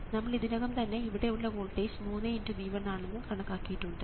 നമ്മൾ ഇതിനകം തന്നെ ഇവിടെ ഉള്ള വോൾട്ടേജ് 3×V1 ആണെന്ന് കണക്കാക്കിയിട്ടുണ്ട്